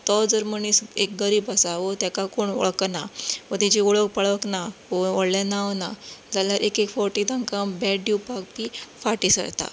तो जर मनीस एक गरीब आसा वा ताका कोण वळखना वा ताजी वळख पळख ना वो व्हडलें नांव ना जाल्यार एक एक फावटी तांकां बॅड दिवपाक बी फाटी सरतात